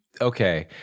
okay